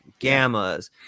gammas